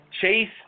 Chase